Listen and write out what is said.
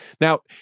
Now